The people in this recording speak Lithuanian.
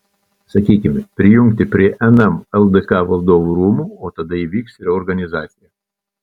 sakykime prijungti prie nm ldk valdovų rūmų o tada įvyks reorganizacija